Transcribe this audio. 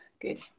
good